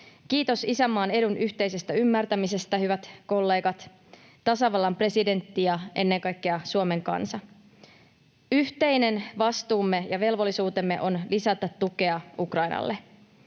Kiitos isänmaan edun yhteisestä ymmärtämisestä, hyvät kollegat, tasavallan presidentti ja ennen kaikkea Suomen kansa. Yhteinen vastuumme ja velvollisuutemme on lisätä tukea Ukrainalle.